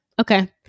Okay